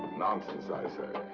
nonsense, i say. oh,